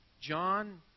John